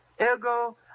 Ergo